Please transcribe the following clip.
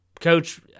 Coach